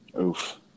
Oof